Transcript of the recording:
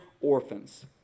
orphans